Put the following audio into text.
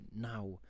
now